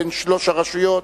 בין שלוש הרשויות.